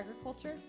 agriculture